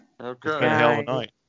Okay